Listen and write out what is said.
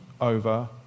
over